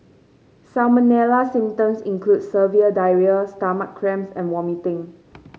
salmonella symptoms include severe diarrhoea stomach cramps and vomiting